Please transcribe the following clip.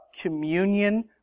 communion